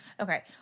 Okay